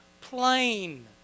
plain